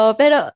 pero